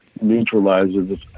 neutralizes